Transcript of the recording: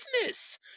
business